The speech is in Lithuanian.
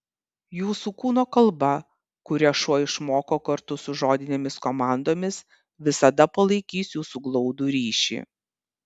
jūsų kūno kalba kurią šuo išmoko kartu su žodinėmis komandomis visada palaikys jūsų glaudų ryšį